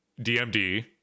dmd